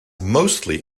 mostly